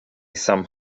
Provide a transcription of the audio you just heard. some